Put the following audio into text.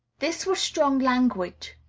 this was strong language.